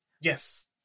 Yes